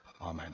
amen